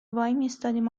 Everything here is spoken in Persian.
وایمیستادیم